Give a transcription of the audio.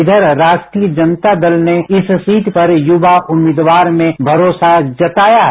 इधर राष्ट्रीय जनता दल ने इस सीट पर युवा उम्मीदवार में भरोसा जताया है